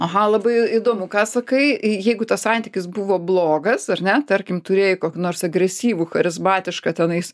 aha labai įdomu ką sakai jeigu tas santykis buvo blogas ar ne tarkim turėjai kokį nors agresyvų charizmatišką tenais